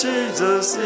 Jesus